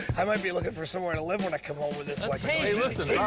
i might be looking for somewhere to live when i come home with this hey, listen,